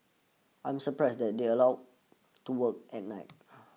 I'm surprised that they allowed to work at night